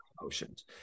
emotions